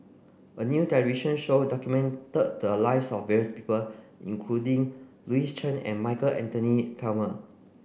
a new television show documented the lives of various people including Louis Chen and Michael Anthony Palmer